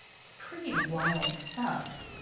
it's pretty wild stuff.